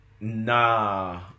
Nah